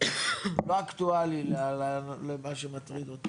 אני אקבל את זה כלא אקטואלי למה שמטריד אותי.